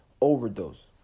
overdose